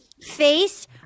face